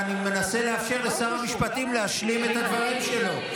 אני מנסה לתת לשר המשפטים להשלים את הדברים שלו,